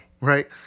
Right